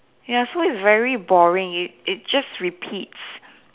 ya so it's very boring it it just repeats